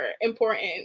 important